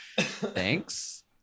thanks